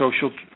social